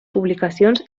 publicacions